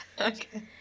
Okay